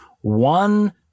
one